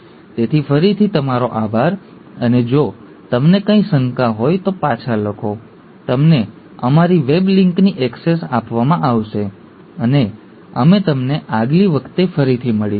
તેથી ફરીથી તમારો આભાર અને જો તમને કોઈ શંકા હોય તો પાછા લખો તમને અમારી વેબલિંકની ઍક્સેસ આપવામાં આવશે અને અમે તમને આગલી વખતે ફરીથી મળીશું